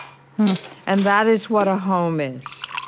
and that is what a home is.